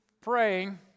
praying